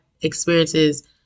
experiences